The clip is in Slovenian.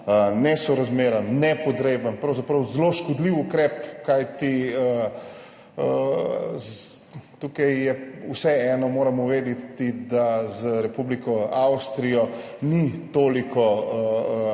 nesorazmeren, nepotreben, pravzaprav zelo škodljiv ukrep. Vseeno moramo vedeti, da z Republiko Avstrijo ni toliko